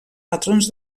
patrons